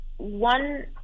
One